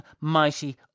mighty